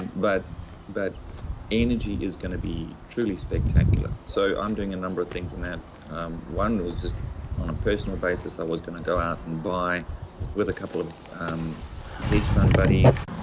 but but energy is going to be truly spectacular. so, i'm doing a number of things and um one was just on a personal basis, i was going to go out and buy with a couple of hedge fund buddies,